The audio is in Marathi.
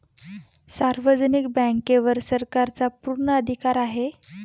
सार्वजनिक बँकेवर सरकारचा पूर्ण अधिकार आहे